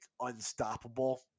unstoppable